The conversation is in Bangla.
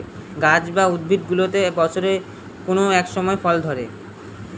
গাছ বা উদ্ভিদগুলোতে বছরের কোনো এক সময় ফল ধরে